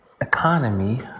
economy